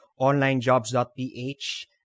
onlinejobs.ph